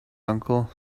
uncle